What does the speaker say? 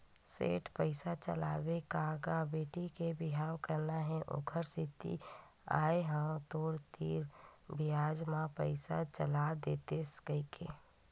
सेठ पइसा चलाबे का गा बेटी के बिहाव करना हे ओखरे सेती आय हंव तोर तीर बियाज म पइसा चला देतेस कहिके